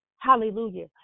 Hallelujah